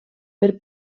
per